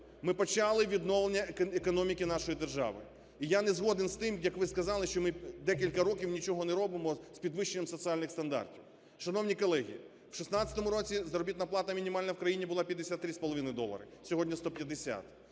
Ми почали відновлення економіки нашої держави. І я не згоден з тим, як ви сказали, що ми декілька років нічого не робимо з підвищенням соціальних стандартів. Шановні колеги, в 16-му році заробітна плата мінімальна в країні була 53,5 долари, сьогодні – 150.